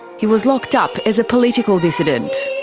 he was locked up as a political dissident.